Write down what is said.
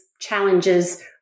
challenges